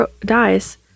dies